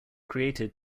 created